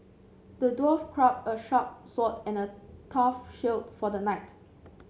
the dwarf crafted a sharp sword and a tough shield for the knight